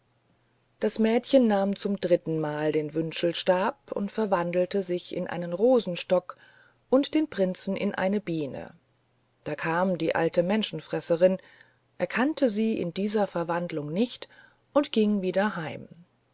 das mädchen nahm zum drittenmal den wünschelstab und verwandelte sich in einen rosenstock und den prinzen in eine biene da kam die alte menschenfresserin erkannte sie in dieser verwandelung nicht und ging wieder heim